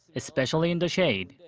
especially in the shade.